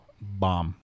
Bomb